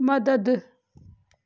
मदद